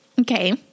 Okay